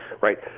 right